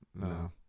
No